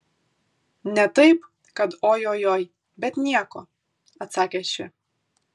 ne taip kad oi oi oi bet nieko atsakė ši